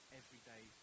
everyday